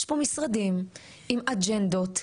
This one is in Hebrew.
יש פה משרדים עם אג'נדות.